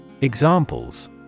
Examples